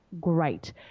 great